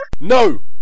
No